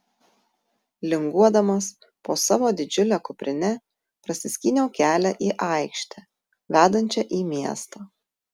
linguodamas po savo didžiule kuprine prasiskyniau kelią į aikštę vedančią į miestą